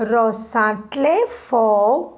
रोसांतले फोव